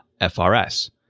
FRS